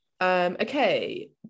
Okay